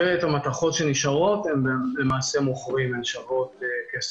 ואת המתכות שנשארות הם מוכרים, הן שוות כסף.